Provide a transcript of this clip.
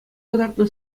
кӑтартнӑ